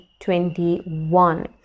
2021